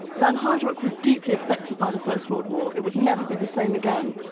lanhydrock was deeply affected by the first world war, it would never be the same again.